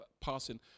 passing